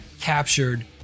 captured